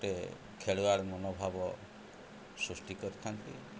ଗୋଟେ ଖେଳୁଆଡ଼ର ମନୋଭାବ ସୃଷ୍ଟି କରିଥାନ୍ତି